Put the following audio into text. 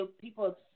people